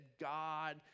God